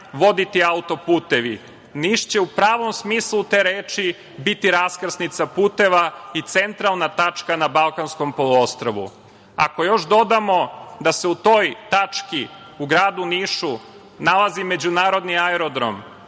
voditi auto-putevi. Niš će u pravom smislu te reči biti raskrsnica puteva i centralna tačka na Balkanskom poluostrvu. Ako još dodamo da se u toj tački u gradu Nišu nalazi međunarodni aerodrom